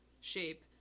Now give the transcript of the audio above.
shape